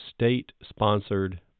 state-sponsored